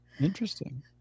Interesting